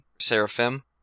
Seraphim